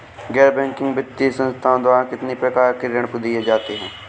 गैर बैंकिंग वित्तीय संस्थाओं द्वारा कितनी प्रकार के ऋण दिए जाते हैं?